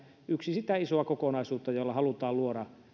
yksi osa sitä isoa kokonaisuutta jolla halutaan luoda